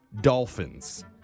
dolphins